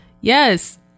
yes